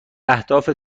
اهداف